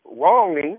wrongly